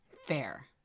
Fair